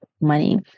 money